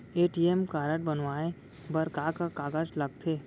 ATM card बनवाये बर का का कागज लगथे?